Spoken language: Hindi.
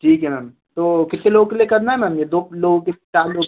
ठीक है मैम तो कितने लोगों के लिए करना है मैम ये दो लोग कि चार लोग